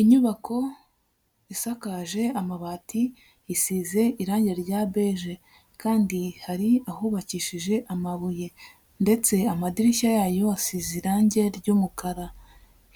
Inyubako isakaje amabati, isize irangi rya beje, kandi hari ahubakishije amabuye, ndetse amadirishya yayo asize irangi ry'umukara,